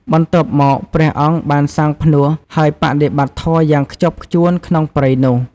បន្ទាប់មក ព្រះអង្គបានសាងផ្នួស ហើយបដិបត្តិធម៌យ៉ាងខ្ជាប់ខ្ជួនក្នុងព្រៃនោះ។